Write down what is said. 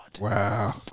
Wow